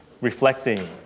reflecting